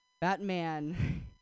Batman